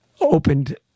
opened